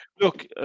look